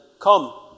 Come